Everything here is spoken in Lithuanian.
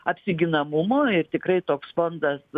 apsiginamumo ir tikrai toks fondas